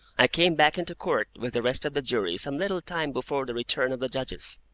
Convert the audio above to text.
i came back into court with the rest of the jury some little time before the return of the judges.